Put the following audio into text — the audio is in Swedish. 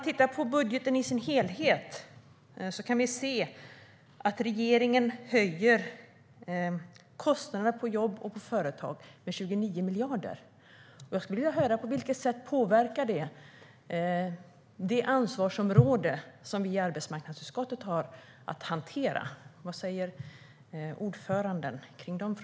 Tittar vi på budgeten i dess helhet kan vi se att regeringen höjer kostnaderna på jobb och företag med 29 miljarder. Jag vill veta på vilket sätt det påverkar det ansvarsområde som vi i arbetsmarknadsutskottet har att hantera. Vad säger ordföranden om det?